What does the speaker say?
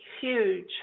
huge